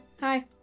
Hi